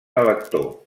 elector